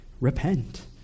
repent